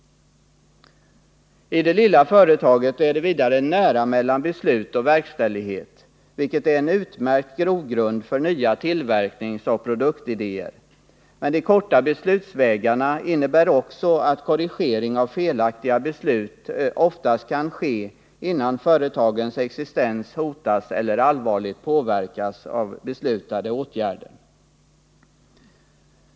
I det lilla företaget är det nära mellan beslut och verkställighet, vilket är en utmärkt grogrund för nya tillverkningsoch produktidéer. Men de korta beslutsvägarna innebär också att korrigering av felaktiga beslut oftast kan ske innan företagens existens hotas eller allvarligt påverkas av den beslutade åtgärden.